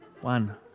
one